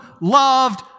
loved